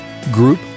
group